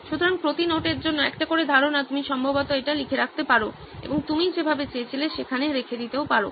সুতরাং প্রতি নোটের জন্য একটি করে ধারণা তুমি সম্ভবত এটি লিখে রাখতে পারো এবং তুমি যেভাবে চেয়েছিলে সেখানে রেখে দিতে পারো